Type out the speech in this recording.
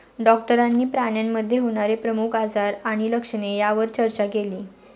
डॉक्टरांनी प्राण्यांमध्ये होणारे प्रमुख आजार आणि लक्षणे यावर चर्चा केली